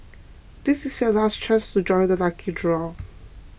this is your last chance to join the lucky draw